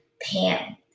Pam